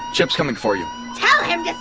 chip's coming for you tell him yeah